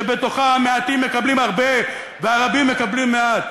שבתוכה המעטים מקבלים הרבה והרבים מקבלים מעט.